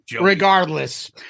regardless